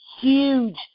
huge